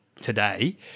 today